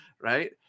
Right